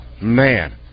man